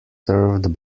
served